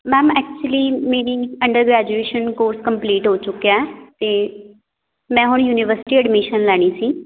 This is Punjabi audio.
ਮੈਮ ਐਕਚੁਲੀ ਮੇਰੀ ਅੰਡਰ ਗ੍ਰੈਜੂਏਸ਼ਨ ਕੋਰਸ ਕੰਪਲੀਟ ਹੋ ਚੁੱਕਿਆ ਅਤੇ ਮੈਂ ਹੁਣ ਯੂਨੀਵਰਸਿਟੀ ਐਡਮਿਸ਼ਨ ਲੈਣੀ ਸੀ